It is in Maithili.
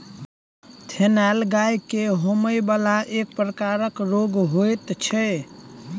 थनैल गाय के होमय बला एक प्रकारक रोग होइत छै